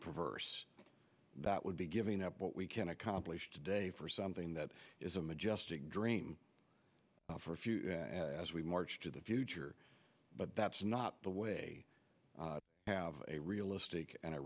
perverse that would be giving up what we can accomplish today for something that is a majestic dream for few as we march to the future but that's not the way to have a realistic and a